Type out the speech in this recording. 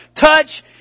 touch